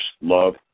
love